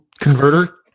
converter